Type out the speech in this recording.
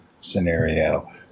scenario